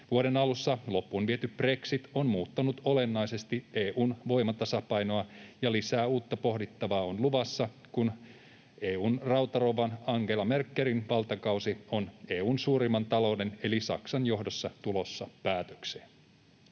Vuoden alussa loppuun viety brexit on muuttanut olennaisesti EU:n voimatasapainoa, ja lisää uutta pohdittavaa on luvassa, kun EU:n rautarouvan, Angela Merkelin, valtakausi EU:n suurimman talouden eli Saksan johdossa on tulossa päätökseen.